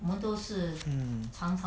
mm